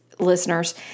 listeners